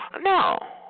No